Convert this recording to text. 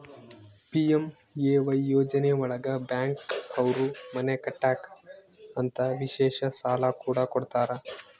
PMAY ಯೋಜನೆ ಒಳಗ bank ಅವ್ರು ಮನೆ ಕಟ್ಟಕ್ ಅಂತ ವಿಶೇಷ ಸಾಲ ಕೂಡ ಕೊಡ್ತಾರ